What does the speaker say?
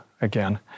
again